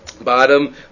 bottom